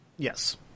Yes